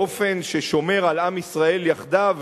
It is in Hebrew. באופן ששומר על עם ישראל יחדיו,